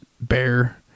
bear